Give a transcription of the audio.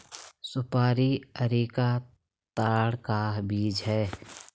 सुपारी अरेका ताड़ का बीज है